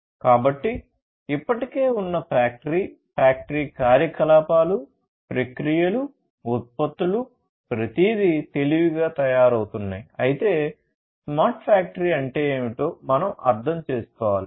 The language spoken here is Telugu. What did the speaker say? కాబట్టి ఇప్పటికే ఉన్న ఫ్యాక్టరీ ఫ్యాక్టరీ కార్యకలాపాలు ప్రక్రియలు ఉత్పత్తులు ప్రతిదీ తెలివిగా తయారవుతున్నాయి అయితే స్మార్ట్ ఫ్యాక్టరీ అంటే ఏమిటో మనం అర్థం చేసుకోవాలి